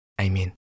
amen